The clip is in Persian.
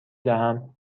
دهم